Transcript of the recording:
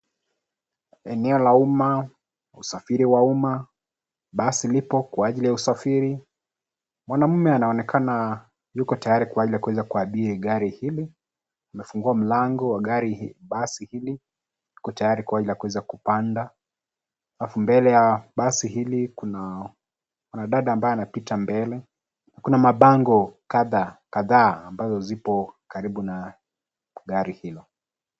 Eneo la umma, usafiri wa umma, basi lipo kwa ajili ya usafiri. Mwanaume anaoneka yuko tayari kwa ajili ya kuanza kuweza kuabiri gari hili, amefungua mlango wa basi hili yuko tayari kuanza kuweza kupanda. Alafu mbele ya basi hii kuna mwana dada ambaye anapita mbele. Kuna mabango kadhaa ambazo zipo karibu na gari hilo.